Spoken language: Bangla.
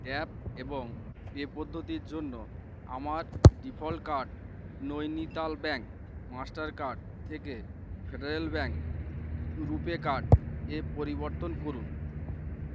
ট্যাপ এবং পে পদ্ধতির জন্য আমার default card Nainital bank Mastercard থেকে ফেডারেল ব্যাঙ্ক রুপে কার্ড এ পরিবর্তন করুন